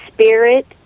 spirit